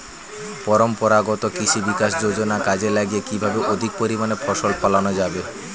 পরম্পরাগত কৃষি বিকাশ যোজনা কাজে লাগিয়ে কিভাবে অধিক পরিমাণে ফসল ফলানো যাবে?